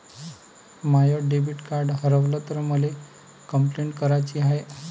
माय debit card हारवल तर मले कंपलेंट कराची हाय